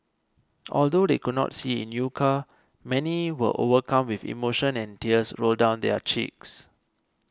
although they could not see Inuka many were overcome with emotion and tears rolled down their cheeks